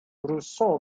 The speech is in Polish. rousseau